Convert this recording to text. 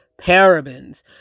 parabens